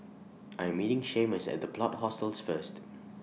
I Am meeting Seamus At The Plot Hostels First